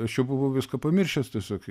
aš jau buvau viską pamiršęs tiesiog